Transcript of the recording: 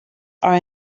are